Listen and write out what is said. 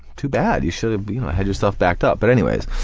too bad. you should have had yourself backed up. but anyways,